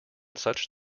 such